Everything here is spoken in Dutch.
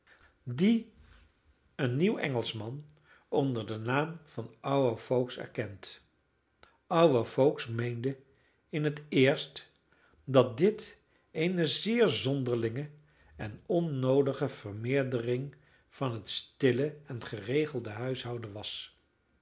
die een nieuw engelschman onder den naam van our folks erkent our folks meenden in het eerst dat dit eene zeer zonderlinge en onnoodige vermeerdering van het stille en geregelde huishouden was